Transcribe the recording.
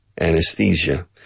Anesthesia